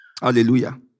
Hallelujah